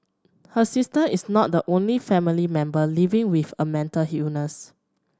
her sister is not the only family member living with a mental illness